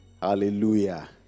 Hallelujah